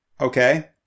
Okay